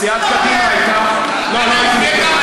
הקריירה שלי?